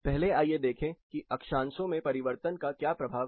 पहले आइए देखें कि अक्षांशों में परिवर्तन का क्या प्रभाव है